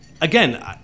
again